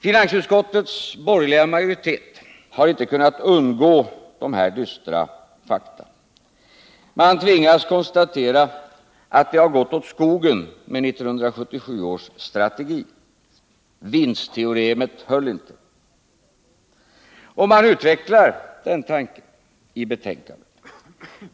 Finansutskottets borgerliga majoritet har inte kunnat undgå dessa dystra fakta. Man tvingas konstatera att det gått åt skogen med 1977 års strategi — vinstteoremet höll inte. Och man utvecklar den tanken i betänkandet.